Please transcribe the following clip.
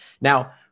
now